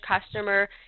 customer